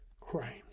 crimes